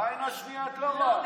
בעין השנייה את לא רואה.